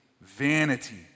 vanity